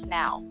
now